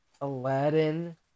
Aladdin